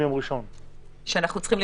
יושב-ראש ועדת הכלכלה שצריך גם